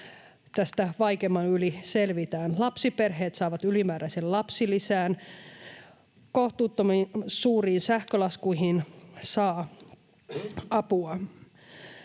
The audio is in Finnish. joilla vaikeimman yli selvitään. Lapsiperheet saavat ylimääräisen lapsilisän. Kohtuuttoman suuriin sähkölaskuihin saa apua: